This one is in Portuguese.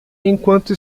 enquanto